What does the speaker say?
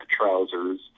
trousers